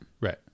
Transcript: Right